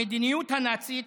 המדיניות הנאצית